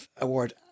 Award